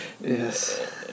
Yes